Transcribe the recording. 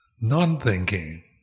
non-thinking